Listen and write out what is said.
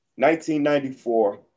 1994